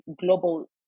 global